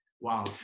Wow